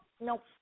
nope